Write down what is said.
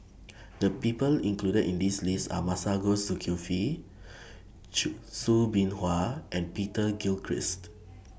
The People included in This list Are Masagos Zulkifli Chew Soo Bin Hua and Peter Gilchrist